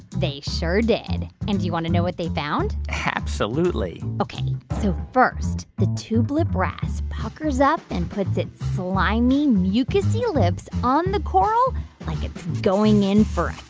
they sure did. and do you want to know what they found? absolutely ok. so first, the tubelip wrasse puckers up and puts its slimy, mucus-y lips on the coral like it's going in for